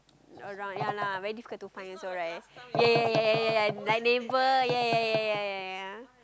around ya lah very difficult to find also right ya ya ya ya ya like neighbour ya ya ya ya ya ya